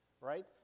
Right